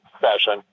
session